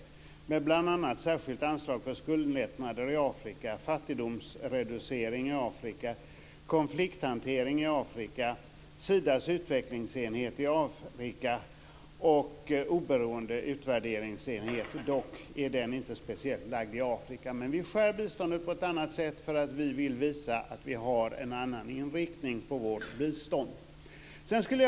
Vi har bl.a. ett särskilt anslag för skuldlättnader i Afrika, fattigdomsreducering i Afrika, konflikthantering i Afrika, Sidas utvecklingsenhet i Afrika och oberoende utvärderingsenhet, som dock inte är speciellt förlagd till Afrika. Vi skär biståndet på ett annat sätt för att vi vill visa att vi har en annan inriktning på vårt bistånd. Ekholm.